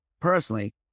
personally